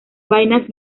vainas